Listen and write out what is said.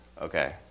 Okay